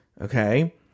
Okay